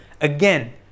again